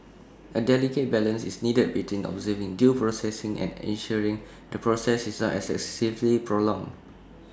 A delicate balance is needed between observing due process and ensuring the process is not excessively prolonged